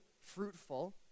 fruitful